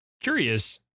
curious